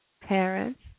parents